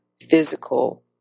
physical